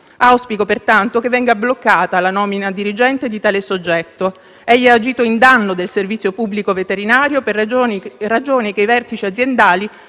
Auspico, pertanto, che venga bloccata la nomina a dirigente di tale soggetto. Egli ha agito in danno del servizio pubblico veterinario per ragioni che i vertici aziendali